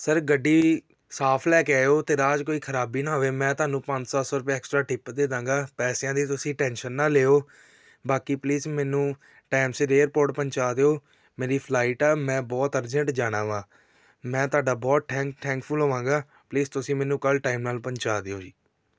sir ਗੱਡੀ ਸਾਫ ਲੈ ਕੇ ਆਇਓ ਅਤੇ ਰਾਹ 'ਚ ਕੋਈ ਖਰਾਬੀ ਨਾ ਹੋਵੇ ਮੈਂ ਤੁਹਾਨੂੰ ਪੰਜ ਸੱਤ ਸੌ ਰੁਪਏ ਐਕਸਟਰਾ ਟਿੱਪ ਦੇ ਦਾਂਗਾ ਪੈਸਿਆਂ ਦੀ ਤੁਸੀਂ ਟੈਨਸ਼ਨ ਨਾ ਲਿਓ ਬਾਕੀ ਪਲੀਜ਼ ਮੈਨੂੰ ਟਾਈਮ ਸਿਰ ਏਅਰਪੋਰਟ ਪਹੁੰਚਾ ਦਿਓ ਮੇਰੀ ਫਲਾਈਟ ਆ ਮੈਂ ਬਹੁਤ ਅਰਜੈਂਟ ਜਾਣਾ ਵਾਂ ਮੈਂ ਤੁਹਾਡਾ ਬਹੁਤ ਠੈਕ ਠੈਂਕਫੁੱਲ ਹੋਵਾਂਗਾ ਪਲੀਜ਼ ਤੁਸੀਂ ਮੈਨੂੰ ਕੱਲ੍ਹ ਟਾਈਮ ਨਾਲ ਪਹੁੰਚਾ ਦਿਓ ਜੀ